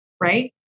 right